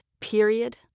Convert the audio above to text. Period